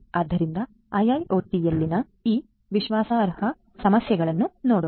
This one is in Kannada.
ಆದ್ದರಿಂದ ಐಐಒಟಿಯಲ್ಲಿನ ಈ ವಿಶ್ವಾಸಾರ್ಹ ಸಮಸ್ಯೆಯನ್ನು ನೋಡೋಣ